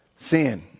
Sin